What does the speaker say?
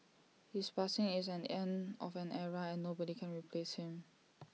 his passing is an end of an era and nobody can replace him